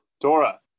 Dora